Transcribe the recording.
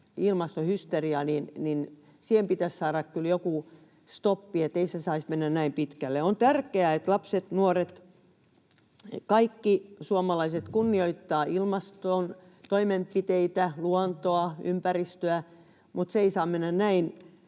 ilmastohysteriaan pitäisi saada kyllä joku stoppi, että ei se saisi mennä näin pitkälle. On tärkeää, että lapset, nuoret, kaikki suomalaiset kunnioittavat ilmastotoimenpiteitä, luontoa, ympäristöä, mutta se ei saa mennä näin